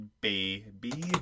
baby